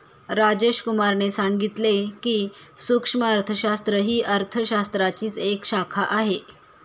राजेश कुमार ने सांगितले की, सूक्ष्म अर्थशास्त्र ही अर्थशास्त्राचीच एक शाखा आहे